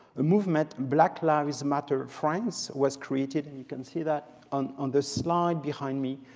the movement, black lives matter france was created. and you can see that on on this slide behind me.